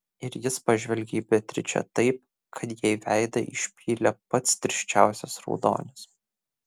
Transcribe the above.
ir jis pažvelgė į beatričę taip kad jai veidą išpylė pats tirščiausias raudonis